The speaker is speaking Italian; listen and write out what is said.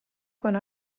con